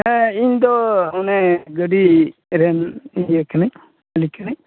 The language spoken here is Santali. ᱦᱮᱸ ᱤᱧ ᱫᱚ ᱚᱱᱮ ᱜᱟᱹᱰᱤ ᱨᱮᱱ ᱤᱭᱟᱹ ᱠᱟᱹᱱᱟᱹᱧ ᱢᱟᱹᱞᱤᱠ ᱠᱟᱱᱟᱹᱧ